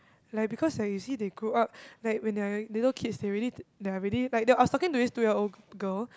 like because like you see they grew up like when they're like little kids they already they're already like I was talking to this two year old girl